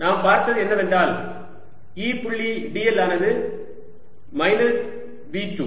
நாம் பார்த்தது என்னவென்றால் E புள்ளி dl ஆனது மைனஸ் V2